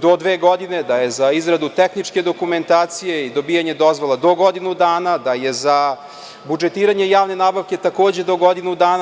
do dve godine, da je za izradu tehničke dokumentacije i dobijanje dozvola do godinu dana, da je za budžetiranje javne nabavke takođe do godinu dana.